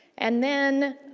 and then,